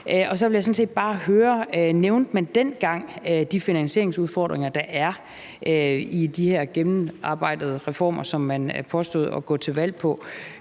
Så vil jeg sådan set bare høre, om man dengang nævnte de finansieringsudfordringer, der er, i de her gennemarbejdede reformer, som man påstod at gå til valg på.